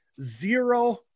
zero